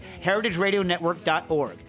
heritageradionetwork.org